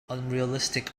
unrealistic